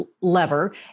lever